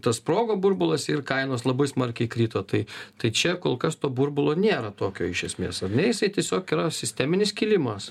tas sprogo burbulas ir kainos labai smarkiai krito tai tai čia kol kas to burbulo nėra tokio iš esmės ar ne jisai tiesiog yra sisteminis kilimas